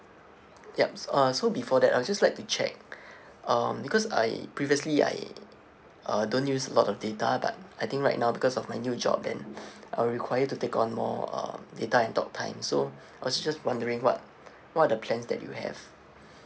yup uh so before that I would just like to check um because I previously I uh don't use a lot of data but I think right now because of my new job then I'm required to take on more uh data and talk time so I was just wondering what what are the plans that you have